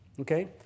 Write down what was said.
Okay